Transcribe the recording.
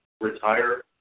retire